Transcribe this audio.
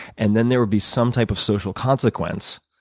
and then there would be some type of social consequence,